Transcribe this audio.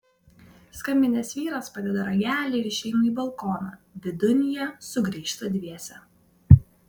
skambinęs vyras padeda ragelį ir išeina į balkoną vidun jie sugrįžta dviese